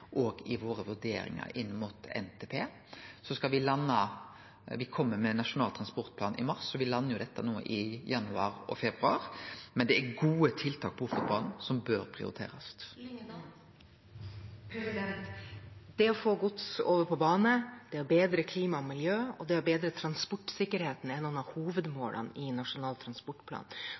i våre vurderingar inn mot NTP. Me kjem med Nasjonal transportplan i mars, så me landar dette i januar/februar. Dette er gode tiltak for Ofotbanen som bør prioriterast. Det å få gods over på bane, det å bedre klima og miljø og det å bedre transportsikkerheten er noen av hovedmålene i Nasjonal transportplan.